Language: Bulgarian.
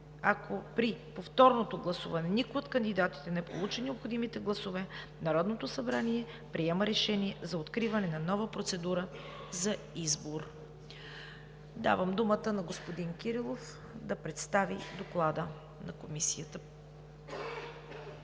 Ако при повторното гласуване никой от кандидатите не получи необходимите гласове, Народното събрание приема решение за откриване на нова процедура за избор.“ Давам думата на господин Кирилов да представи Доклада на Комисията